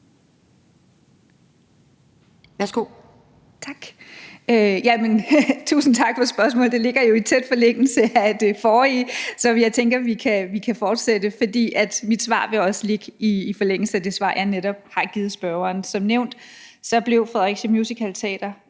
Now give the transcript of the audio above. Tak. Tusind tak for spørgsmålet. Det ligger jo i tæt forlængelse af det forrige, som jeg tænker vi kan fortsætte, for mit svar vil også ligge i forlængelse af det svar, jeg netop har givet spørgeren. Som nævnt blev Fredericia Musicalteater